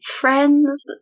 Friends